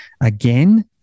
again